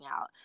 out